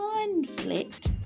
conflict